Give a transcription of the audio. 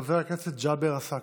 חבר הכנסת ג'אבר עסאקלה.